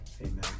Amen